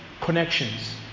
connections